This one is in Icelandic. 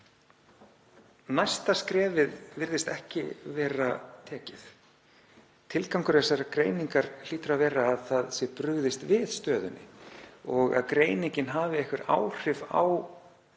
næsta skref virðist ekki vera tekið. Tilgangur þessarar greiningar hlýtur að vera að brugðist sé við stöðunni og að greiningin hafi t.d. einhver áhrif á